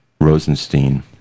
rosenstein